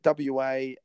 WA